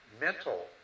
mental